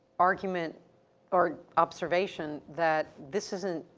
argument or observation that this isn't,